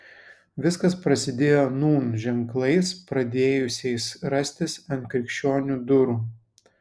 viskas prasidėjo nūn ženklais pradėjusiais rastis ant krikščionių durų